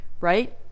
Right